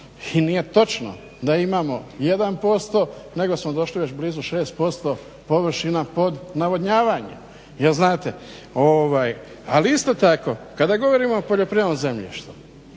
i nije točno da imamo jedan posto, nego smo došli već blizu 6% površina pod navodnjavanje jel' znate. Ali isto tako kada govorimo o poljoprivrednom zemljištu,